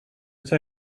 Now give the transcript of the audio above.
tar